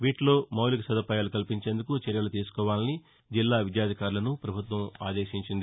వీటలో మౌలిక సదుపాయాలు కల్పించేందుకు చర్యలు తీసుకోవాలని జిల్లా విద్యాధికారులను ఆదేశించింది